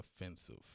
offensive